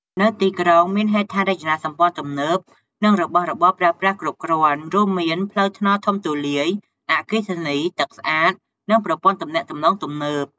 នៅទីក្រុងមានហេដ្ឋារចនាសម្ព័ន្ធទំនើប និងរបស់របរប្រើប្រាស់គ្រប់គ្រាន់ រួមមានផ្លូវថ្នល់ធំទូលាយ អគ្គិសនី ទឹកស្អាត និងប្រព័ន្ធទំនាក់ទំនងទំនើប។